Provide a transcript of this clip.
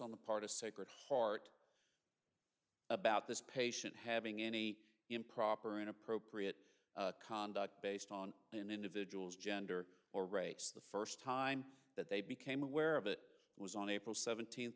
on the part of sacred heart about this patient having any improper or inappropriate conduct based on an individual's gender or race the first time that they became aware of it was on april seventeenth